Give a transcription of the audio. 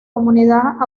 comunidad